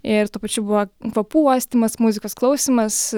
ir tuo pačiu buvo kvapų uostymas muzikos klausymas